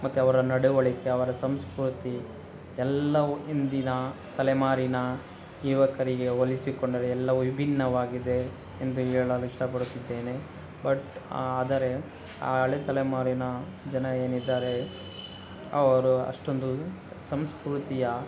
ಮತ್ತು ಅವರ ನಡವಳಿಕೆ ಅವರ ಸಂಸ್ಕೃತಿ ಎಲ್ಲವೂ ಇಂದಿನ ತಲೆಮಾರಿನ ಯುವಕರಿಗೆ ಹೋಲಿಸಿಕೊಂಡರೆ ಎಲ್ಲವೂ ವಿಭಿನ್ನವಾಗಿದೆ ಎಂದು ಹೇಳಲು ಇಷ್ಟಪಡುತ್ತಿದ್ದೇನೆ ಬಟ್ ಆದರೆ ಆ ಹಳೆ ತಲೆಮಾರಿನ ಜನ ಏನಿದ್ದಾರೆ ಅವರು ಅಷ್ಟೊಂದು ಸಂಸ್ಕೃತಿಯ